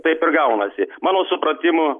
taip ir gaunasi mano supratimu